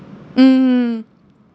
mmhmm